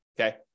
okay